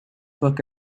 book